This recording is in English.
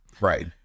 Right